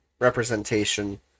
representation